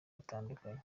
batandukanye